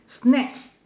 snack